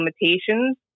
limitations